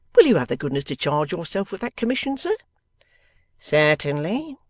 will you have the goodness to charge yourself with that commission, sir certainly!